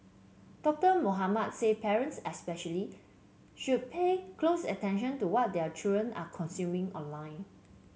Doctor Mohamed said parents especially should pay close attention to what their children are consuming online